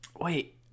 wait